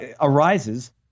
arises